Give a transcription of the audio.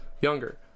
Younger